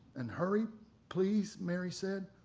and hurry please, mary said.